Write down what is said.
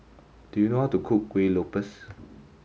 do you know how to cook Kueh Lopes